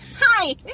hi